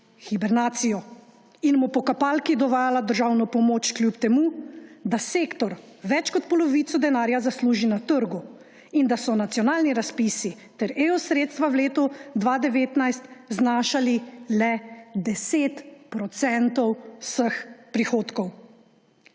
hibernacijo in mu po kapalki dovajala državno pomoč, kljub temu da sektor več kot polovico denarja zasluži na trgu in da so nacionalni razpisi ter EU sredstva v letu 2019 znašali le 10 % vseh prihodkov.